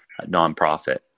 nonprofit